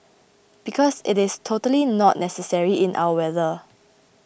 because it is totally not necessary in our weather